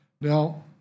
Now